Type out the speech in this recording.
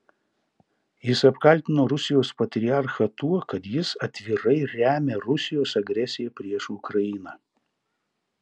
jis apkaltino rusijos patriarchą tuo kad jis atvirai remia rusijos agresiją prieš ukrainą